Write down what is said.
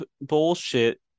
bullshit